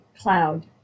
cloud